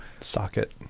socket